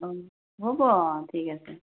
অঁ হ'ব অঁ ঠিক আছে